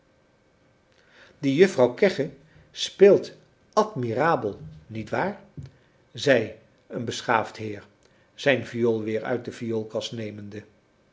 die juffrouw kegge speelt admirabel niet waar zei een beschaafd heer zijn viool weer uit de vioolkas nemende